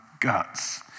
guts